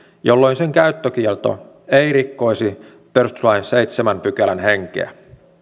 jolloin sen käyttökielto ei rikkoisi perustuslain seitsemännen pykälän henkeä